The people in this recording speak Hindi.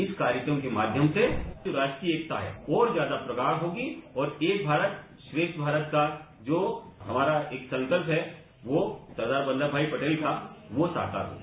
इस कार्यक्रम के माध्यम से जो राष्ट्रीय एकता है वो और ज्यादा प्रगाढ़ होगी और एक भारत श्रेष्ठ भारत का जो हमारा एक संकल्प है वो सरदार वल्लम भाई पटेल का वो साकार होगा